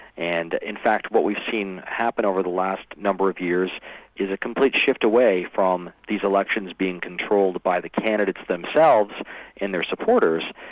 and in fact what we've seen happen over the last number of years is a complete shift away from these elections being controlled by the candidates themselves and their supporters,